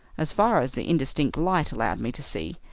as far as the indistinct light allowed me to see,